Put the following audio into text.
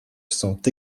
sont